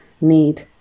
need